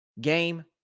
game